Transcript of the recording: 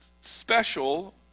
special